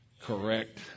correct